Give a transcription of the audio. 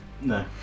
No